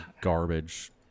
Garbage